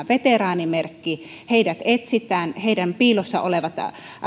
veteraanimerkki heidät etsitään heidän piilossa olevat